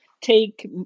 take